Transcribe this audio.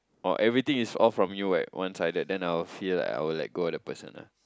or everything is all from you right one sided then I will feel like I will let go of the person lah